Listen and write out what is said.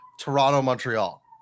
Toronto-Montreal